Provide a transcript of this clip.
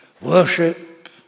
Worship